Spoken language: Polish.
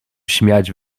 śmiać